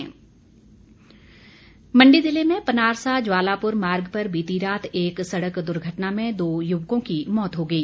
दुर्घटना मण्डी ज़िले में पनारसा जवालापुर मार्ग पर बीती रात एक सड़क दुर्घटना में दो युवकों की मौत हो गई